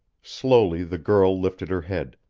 slowly the girl lifted her head,